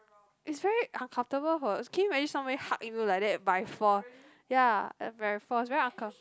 it's very uncomfortable for can you imagine somebody hug you like that by force ya like by force very uncom~